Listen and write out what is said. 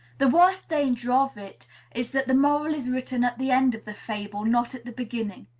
the worst danger of it is that the moral is written at the end of the fable, not at the beginning.